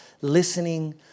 listening